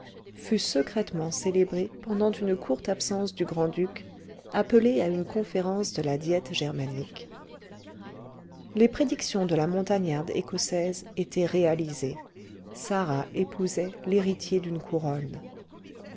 fut secrètement célébrée pendant une courte absence du grand-duc appelé à une conférence de la diète germanique les prédictions de la montagnarde écossaise étaient réalisées sarah épousait l'héritier d'une couronne